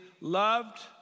loved